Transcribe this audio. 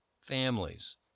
families